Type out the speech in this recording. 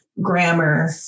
grammar